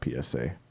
PSA